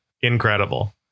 Incredible